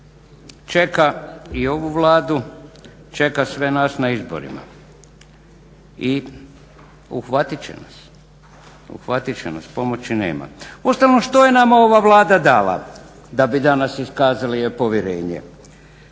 čeka i ovu Vlada, čeka sve nas na izborima i uhvatit će na, pomoći nema. Uostalom što je nama ova Vlada dala da bi danas iskazali joj povjerenje?